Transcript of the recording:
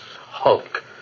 hulk